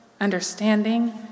understanding